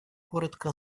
коротко